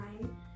time